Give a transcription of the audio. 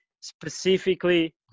specifically